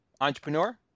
entrepreneur